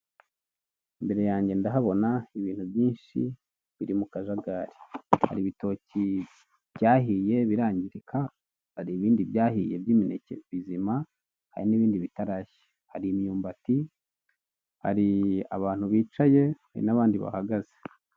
Imbere yange ndahabona ibintu byinshi biri mu kajagari, hari ibitoki byahiye birangirika, hari ibindi byahiye by'imineke bizima, hari n'ibindi bitarashya. Hari imyumbati, hari abantu bicaye, hari n'abandi bahagaze.